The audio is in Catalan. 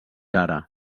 ara